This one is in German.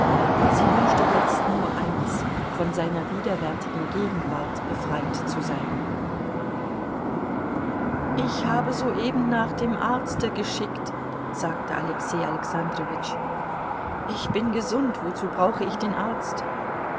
sie wünschte jetzt nur eins von seiner widerwärtigen gegenwart befreit zu sein ich habe soeben nach dem arzte geschickt sagte alexei alexandrowitsch ich bin gesund wozu brauche ich den arzt